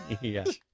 Yes